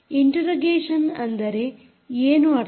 interrogation ಅಂದರೆ ಏನು ಅರ್ಥ